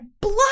blood